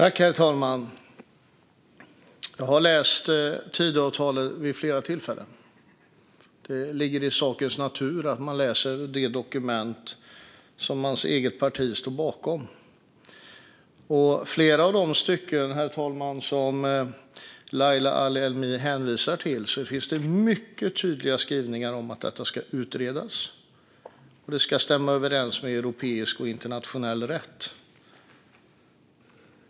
Herr talman! Jag har läst Tidöavtalet vid flera tillfällen. Det ligger i sakens natur att man läser ett dokument som ens eget parti står bakom. I flera av de stycken som Leila Ali Elmi hänvisar till, herr talman, finns det mycket tydliga skrivningar om att detta ska utredas och att det ska stämma överens med europeisk och internationell rätt.